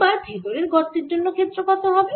এবার ভেতরের গর্তের জন্য ক্ষেত্র কত হবে